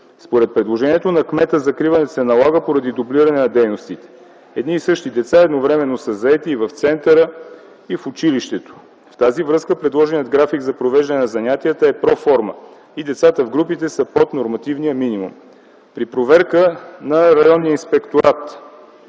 Според предложението на кмета закриването се налага поради дублиране на дейности – едни и същи деца едновременно са заети и в центъра, и в училището. В тази връзка предложеният график за провеждане на занятията е проформа и децата в групите са под нормативния минимум. При проверка на Районния инспекторат